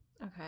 okay